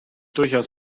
durchaus